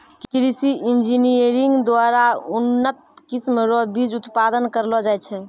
कृषि इंजीनियरिंग द्वारा उन्नत किस्म रो बीज उत्पादन करलो जाय छै